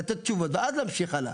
לתת תשובות ואז להמשיך הלאה.